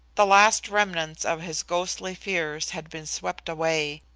the last remnants of his ghostly fears had been swept away.